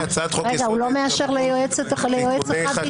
רגע, הוא לא מאשר ליועץ אחד להיכנס?